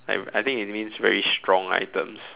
I I think it means very strong items